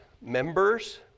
members